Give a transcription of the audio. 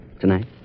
tonight